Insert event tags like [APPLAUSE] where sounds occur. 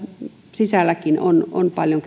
sisälläkin on on paljon [UNINTELLIGIBLE]